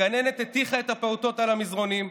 הגננת הטיחה את הפעוטות על המזרנים,